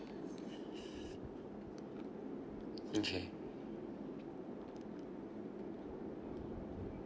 okay